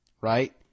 right